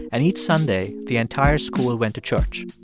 and each sunday the entire school went to church.